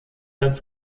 als